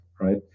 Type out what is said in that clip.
right